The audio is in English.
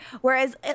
Whereas